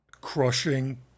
crushing